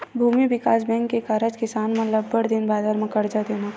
भूमि बिकास बेंक के कारज किसान मन ल अब्बड़ दिन बादर म करजा देना